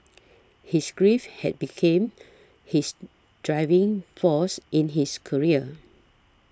his grief had became his driving force in his career